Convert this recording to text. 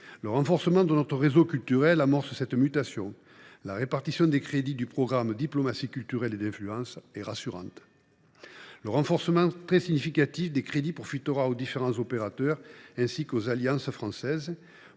Le renforcement de notre réseau culturel amorce cette mutation. La répartition des crédits du programme 185 « Diplomatie culturelle et d’influence » est rassurante, et leur hausse très significative profitera aux différents opérateurs ainsi qu’aux alliances françaises.